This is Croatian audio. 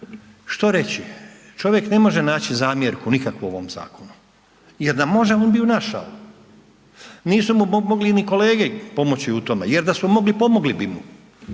Što reći? Čovjek ne može naći zamjerku nikakvu u ovom zakonu jer da može, on bi ju našao. Nisu mu mogli ni kolege pomoći u tome jer da su mogli, pomogli bi mu.